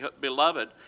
beloved